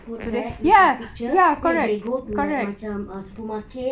a tote bag with our pictures then they go to like macam supermarket